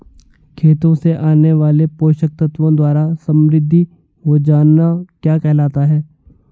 खेतों से आने वाले पोषक तत्वों द्वारा समृद्धि हो जाना क्या कहलाता है?